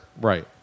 Right